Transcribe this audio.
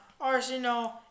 Arsenal